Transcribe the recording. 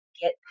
get